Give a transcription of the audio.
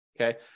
Okay